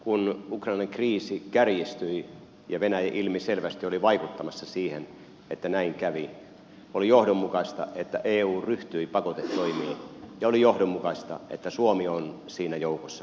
kun ukrainan kriisi kärjistyi ja venäjä ilmiselvästi oli vaikuttamassa siihen että näin kävi oli johdonmukaista että eu ryhtyi pakotetoimiin ja oli johdonmukaista että suomi on siinä joukossa mukana